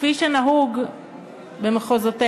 כפי שנהוג במחוזותינו.